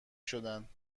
شدند